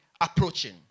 approaching